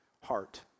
heart